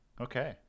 Okay